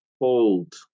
hold